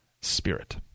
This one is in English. spirit